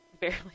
barely